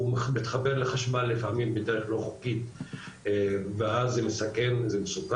הוא מתחבר לחשמל לפעמים בדרך לא חוקית ואז זה מסוכן,